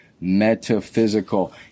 metaphysical